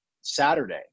Saturday